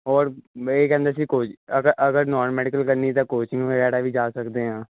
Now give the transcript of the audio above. ਹੋਰ ਇਹ ਕਹਿੰਦੇ ਸੀ ਕੋਚਿੰਗ ਅਗ ਅਗਰ ਨੋਨ ਮੈਡੀਕਲ ਕਰਨੀ ਤਾਂ ਕੋਚਿੰਗ ਹੋਇਆ ਵਗੈਰਾ ਵੀ ਜਾ ਸਕਦੇ ਹਾਂ